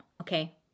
okay